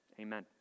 Amen